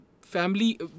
family